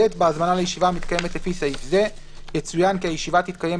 (ט)בהזמנה לישיבה המתקיימת לפי סעיף זה יצוין כי הישיבה תתקיים